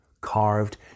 carved